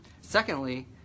Secondly